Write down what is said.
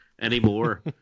anymore